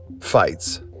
fights